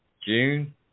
June